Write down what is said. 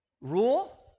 rule